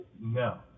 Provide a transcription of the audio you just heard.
No